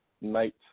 night